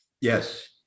yes